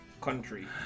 country